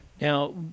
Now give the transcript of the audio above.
Now